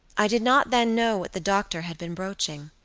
i did not then know what the doctor had been broaching,